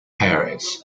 paris